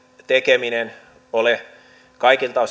tekeminen ole kaikilta